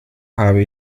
habe